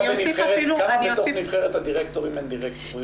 כמה מנבחרת הדירקטורים הן דירקטוריות?